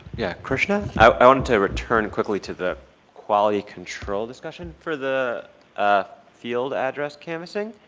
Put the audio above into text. yeah krishna. i want to return quickly to the quality control discussion for the ah field address canvassing.